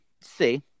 see